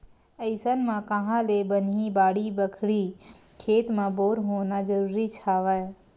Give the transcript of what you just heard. अइसन म काँहा ले बनही बाड़ी बखरी, खेत म बोर होना जरुरीच हवय